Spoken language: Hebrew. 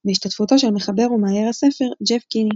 בהשתתפותו של מחבר ומאייר הספר, ג'ף קיני.